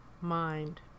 Mind